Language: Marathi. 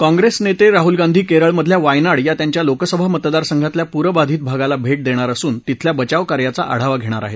काँग्रेस नेते राहुल गांधी केरळमधल्या वायनाड या त्यांच्या लोकसभा मतदारसंघातल्या पूरबाधित भागाला भेट देणार असून तिथल्या बचावकार्याचा आढावा घेणार आहेत